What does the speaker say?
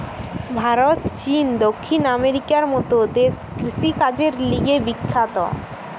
ভারত, চীন, দক্ষিণ আমেরিকার মত দেশ কৃষিকাজের লিগে বিখ্যাত